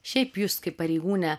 šiaip jus pareigūne